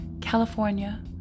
California